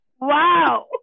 Wow